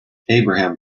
abraham